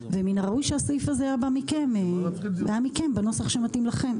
ומן הראוי שהסעיף הזה היה בא מכן בנוסח שמתאים לכן.